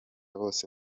bose